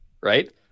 right